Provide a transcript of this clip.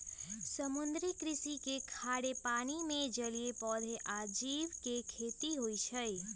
समुद्री कृषि में खारे पानी में जलीय पौधा आ जीव के खेती होई छई